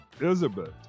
Elizabeth